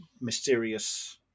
mysterious